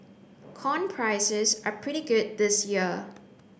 corn prices are pretty good this year